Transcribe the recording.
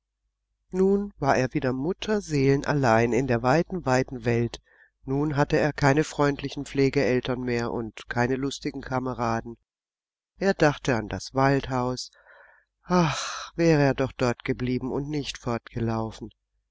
nun war er wieder mutterseelenallein in der weiten weiten welt nun hatte er keine freundlichen pflegeeltern mehr und keine lustigen kameraden er dachte an das waldhaus ach wäre er doch dort geblieben und nicht fortgelaufen